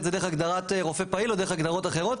זה דרך הגדרת רופא פעיל או דרך הגדרות אחרות.